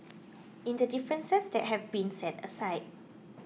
in the differences that have been set aside